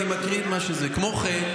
אני מקריא את מה שזה: כמו כן,